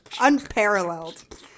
unparalleled